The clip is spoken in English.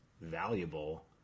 valuable